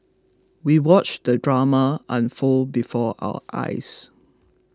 we watched the drama unfold before our eyes